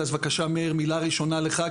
אז בבקשה מאיר, מילה ראשונה לך.